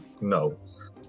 notes